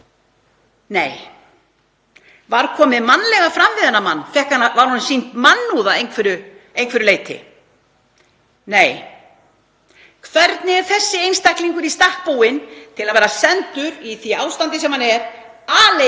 Nei. Var komið mannlega fram við þennan mann? Var honum sýnd mannúð að einhverju leyti? Nei. Hvernig er þessi einstaklingur í stakk búinn til að vera sendur, í því ástandi sem hann er, aleinn